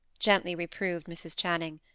gently reproved mrs. channing.